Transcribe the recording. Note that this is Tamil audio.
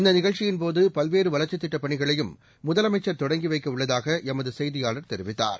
இந்தநிகழ்ச்சியின்போதுபல்வேறுவளர்ச்சித் திட்டப்பணிகளையும் முதலமைச்சா் தொடங்கிவைக்கஉள்ளதாகஎமதுசெய்தியாளர் தெரிவித்தார்